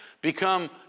become